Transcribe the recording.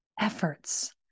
efforts